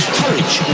courage